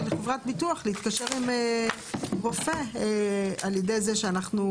של חברת ביטוח להתקשר עם רופא על ידי זה שאנחנו